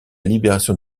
libération